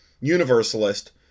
Universalist